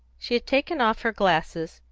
she had taken off her glasses,